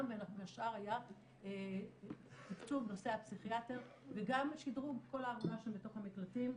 בין השאר היה תקצוב נושא הפסיכיאטר וגם שדרוג כל --- בתוך המקלטים.